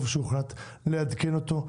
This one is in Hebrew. טוב שהוחלט לעדכן אותו.